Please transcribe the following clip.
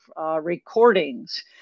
recordings